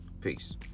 Peace